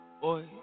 boy